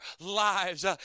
lives